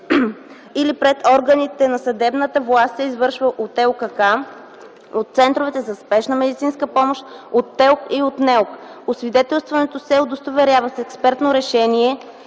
или пред органите на съдебната власт се извършва от ЛКК, от центровете за спешна медицинска помощ, от ТЕЛК и от НЕЛК. Освидетелстването се удостоверява с експертно решение